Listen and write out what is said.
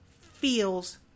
feels